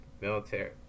military